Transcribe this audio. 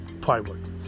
Plywood